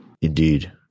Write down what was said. Indeed